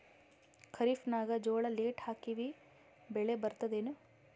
ಖರೀಫ್ ನಾಗ ಜೋಳ ಲೇಟ್ ಹಾಕಿವ ಬೆಳೆ ಬರತದ ಏನು?